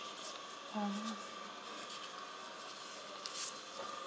um